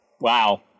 Wow